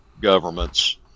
governments